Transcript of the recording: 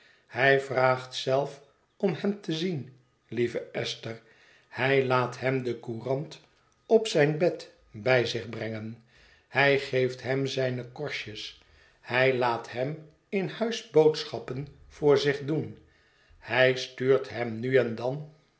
hij vraagt zelf om hem te zien lieve esther hij laat hem de courant op zijn bed bij zich brengen hij geeft hem zijne korstjes hij laat hem in huis boodschappen voor zich doen hij stuurt hem nu en dan